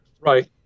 Right